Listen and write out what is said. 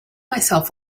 myself